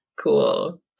cool